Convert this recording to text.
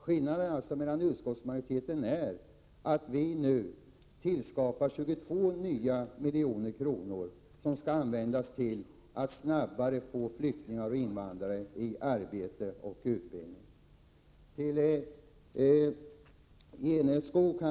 Skillnaden mellan ert förslag och utskottsmajoritetens är att vi anvisar 22 milj.kr. till att snabbare få invandrare i arbete och utbildning.